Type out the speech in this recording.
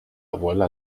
abuela